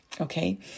Okay